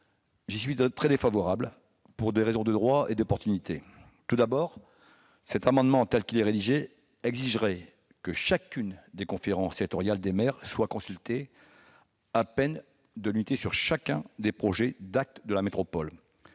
J'y suis très défavorable, pour des raisons de droit et d'opportunité. Tout d'abord, cet amendement, tel qu'il est rédigé, tend à exiger que chacune des conférences territoriales des maires soit consultée, à peine de nullité, sur chacun des projets d'actes de la métropole,